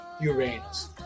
Uranus